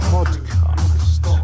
Podcast